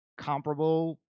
comparable